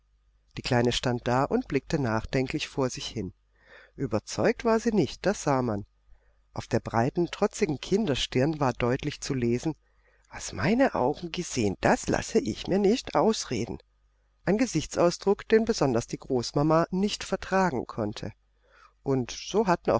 die kleine stand da und blickte nachdenklich vor sich hin